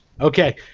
Okay